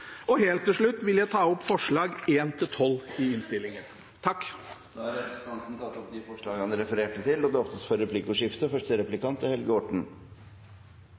Setesdal. Helt til slutt vil jeg ta opp forslagene nr. 1–12 i innstillingen. Representanten Sverre Myrli har tatt opp de forslagene han refererte til. Det blir replikkordskifte.